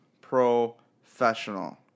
professional